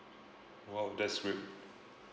!wow! that's great